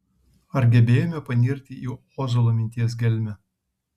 ar gebėjome panirti į ozolo minties gelmę